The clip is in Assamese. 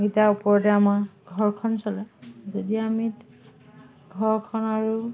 কেইটাৰ ওপৰতে আমাৰ ঘৰখন চলে যদি আমি ঘৰখন আৰু